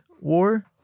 War